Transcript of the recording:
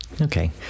Okay